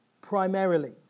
primarily